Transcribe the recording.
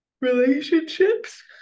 Relationships